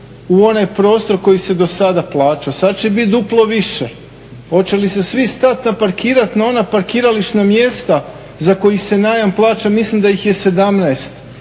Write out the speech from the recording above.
u onaj prostor koji je do sada plaćao, sada će biti duplo više. Hoće li se svi stati parkirati na ona parkirališna mjesta za koja se najam plaća, mislim da ih je 17,